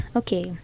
okay